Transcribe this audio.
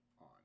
on